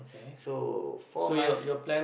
so for my